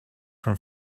from